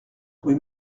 rue